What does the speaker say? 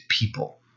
people